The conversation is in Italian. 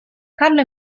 carlo